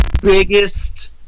biggest